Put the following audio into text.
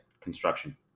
Construction